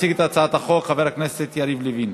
יציג את הצעת החוק חבר הכנסת יריב לוין,